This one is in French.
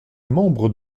membres